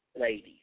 ladies